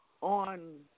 on